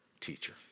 teacher